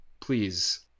please